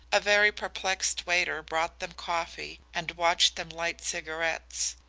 a very perplexed waiter brought them coffee and watched them light cigarettes.